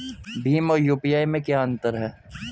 भीम और यू.पी.आई में क्या अंतर है?